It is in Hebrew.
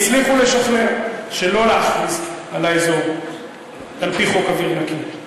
הצליחו לשכנע שלא להכריז על האזור על-פי חוק אוויר נקי.